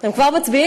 אתם כבר מצביעים?